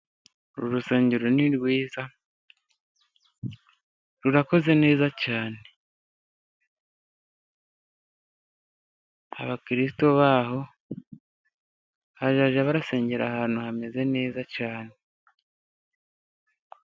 Uru rusengero ni rwiza rurakoze neza cyane. Abakirisitu baho hazajya basengera ahantu hameze neza cyane.